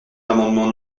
l’amendement